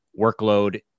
workload